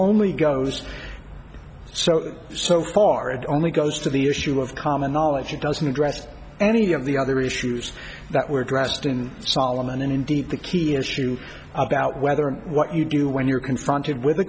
only goes so so far it only goes to the issue of common knowledge it doesn't address any of the other issues that were addressed in solomon and indeed the key issue about whether what you do when you're confronted with a